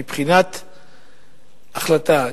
מבחינת החלטה.